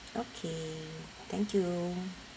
okay thank you